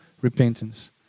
repentance